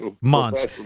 months